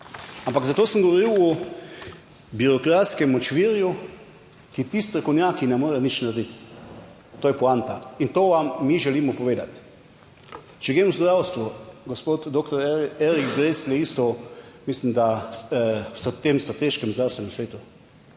Ampak zato sem govoril o birokratskem močvirju, ki ti strokovnjaki ne morejo nič narediti. To je poanta in to vam mi želimo povedati. Če grem v zdravstvo, gospod doktor Erik Brecelj je isto, mislim, da v tem strateškem zdravstvenem svetu,